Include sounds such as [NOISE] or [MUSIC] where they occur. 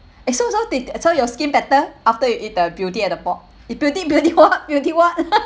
eh so so did so your skin better after you eat the beauty at the pork it beauty beauty what beauty what [LAUGHS]